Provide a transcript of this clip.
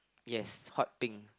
yes hot pink